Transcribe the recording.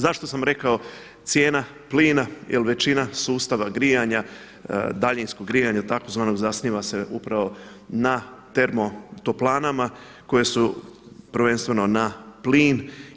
Zašto sam rekao cijena plina jer većina sustava grijanja, daljinskog grijanja tzv. zasniva se upravo na termo toplanama koje su prvenstveno na plin.